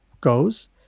goes